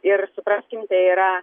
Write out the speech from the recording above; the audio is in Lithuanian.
ir supraskim tai yra